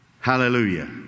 Hallelujah